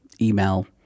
email